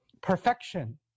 perfection